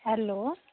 hello